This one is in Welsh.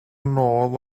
nôl